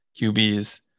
QBs